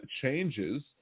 changes